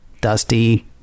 dusty